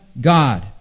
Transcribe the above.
God